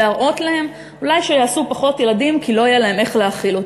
להראות להם אולי שיעשו פחות ילדים כי לא יהיה להם איך להאכיל אותם.